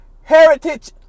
heritage